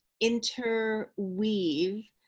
interweave